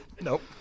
nope